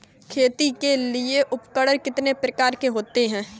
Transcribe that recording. खेती के लिए उपकरण कितने प्रकार के होते हैं?